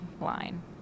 line